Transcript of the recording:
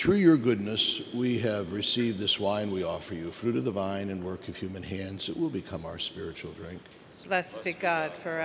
through your goodness we have received this wine we offer you fruit of the vine and work of human hands it will become our spiritual drink it got her